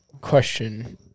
Question